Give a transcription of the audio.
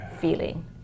feeling